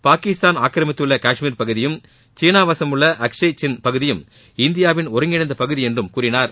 பாகிஸ்தான் ஆக்கிரமித்துள்ள கஷ்மீர் பகுதியும் சீனா வசும் உள்ள அக்ஷய் சின் பகுதியும் இந்தியாவின் ஒருங்கிணைந்த பகுதி என்றும் கூறினார்